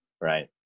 right